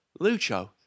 Lucho